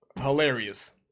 hilarious